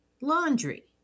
laundry